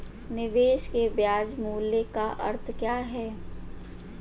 निवेश के ब्याज मूल्य का अर्थ क्या है?